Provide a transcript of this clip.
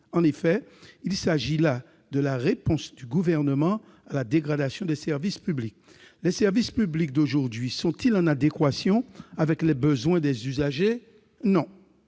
En effet, il s'agit là de la réponse du Gouvernement à la dégradation des services publics. Les services publics d'aujourd'hui sont-ils en adéquation avec les besoins des usagers ? Non